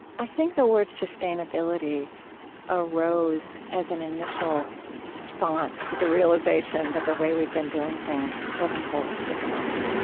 i think the word sustainability arose as an initial response to the realization that the way we've been doing things wasn't holistic enough.